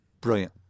brilliant